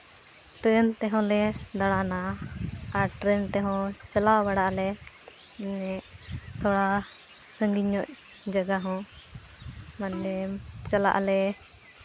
train ᱛᱮᱦᱚᱸ ᱞᱮ ᱫᱟᱲᱟᱱᱟ ᱟᱨ ᱴᱨᱮᱹᱱ ᱛᱮᱦᱚᱸ ᱪᱟᱞᱟᱣ ᱵᱟᱲᱟ ᱟᱞᱮ ᱛᱷᱚᱲᱟ ᱥᱟᱺᱜᱤᱧ ᱧᱚᱜ ᱡᱟᱭᱜᱟ ᱦᱚᱸ ᱢᱟᱱᱮ ᱪᱟᱞᱟᱜ ᱟᱞᱮ